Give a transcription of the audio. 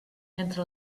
entre